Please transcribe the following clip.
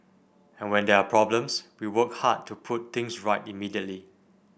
and when there are problems we work hard to put things right immediately